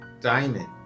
diamond